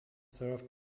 served